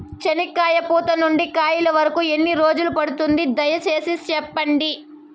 చెనక్కాయ పూత నుండి కాయల వరకు ఎన్ని రోజులు పడుతుంది? దయ సేసి చెప్పండి?